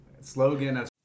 Slogan